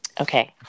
Okay